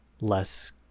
less